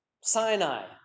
Sinai